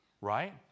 Right